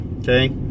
Okay